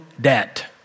debt